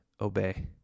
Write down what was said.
obey